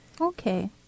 Okay